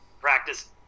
Practice